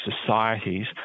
societies